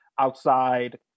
outside